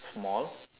small